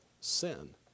sin